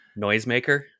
noisemaker